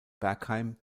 bergheim